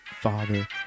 father